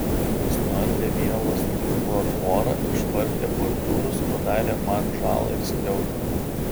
jis nuardė vielos tinklo tvorą išvartė bordiūrus padarė man žalą ir skriaudą